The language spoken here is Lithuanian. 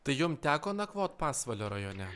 tai jum teko nakvot pasvalio rajone